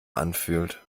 anfühlt